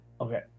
Okay